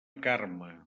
carme